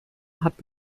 hat